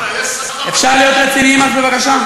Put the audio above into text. אפשר להיות רציניים בבקשה?